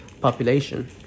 population